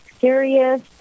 serious